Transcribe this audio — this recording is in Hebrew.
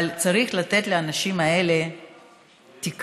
אבל צריך לתת לאנשים האלה תקווה,